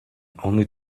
only